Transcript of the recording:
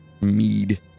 mead